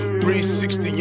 360